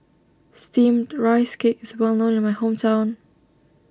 Steamed Rice Cake is well known in my hometown